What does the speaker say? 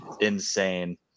insane